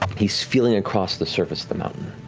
he's feeling across the surface of the mountain.